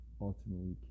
ultimately